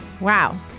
wow